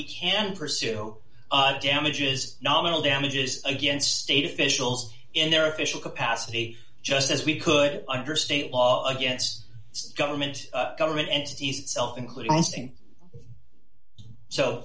we can pursue damages nominal damages against state officials in their official capacity just as we could under state law against government government entity self including